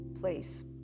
place